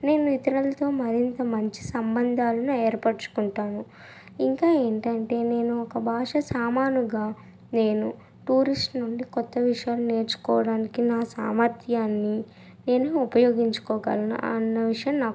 నేను ఇతరులతో మరింత మంచి సంబంధాలను ఏర్పరచుకుంటాను ఇంకా ఏంటంటే నేను ఒక భాష సామాన్యంగా నేను టూరిస్ట్ నుండి కొత్త విషయాలు నేర్చుకోడానికి నా సామర్థ్యాన్ని నేను ఉపయోగించుకోగలనన్న విషయం నాకు